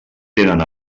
tenen